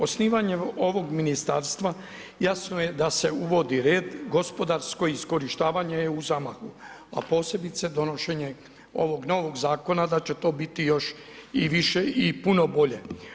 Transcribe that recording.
Osnivanjem ovog ministarstva jasno je da se uvodi red gospodarsko iskorištavanje je u zamahu, a posebice donošenje ovog novog zakona da će to biti još i više i puno bolje.